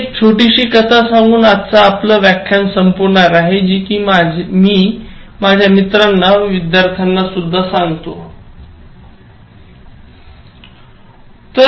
मी एक छोटीशी कथा सांगून आजचा आपला व्यख्यान संपवणार आहे जी कि मी माझ्या मित्रांना व विद्यर्थ्यांना सुद्धा सांगितली आहे